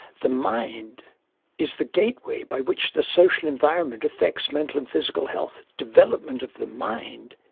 the mind is the gateway by which the social environment affects mental and physical health. development of the mind